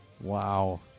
Wow